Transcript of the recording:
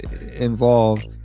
involved